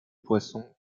poissons